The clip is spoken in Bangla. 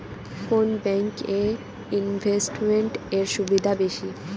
কোন ব্যাংক এ ইনভেস্টমেন্ট এর সুবিধা বেশি?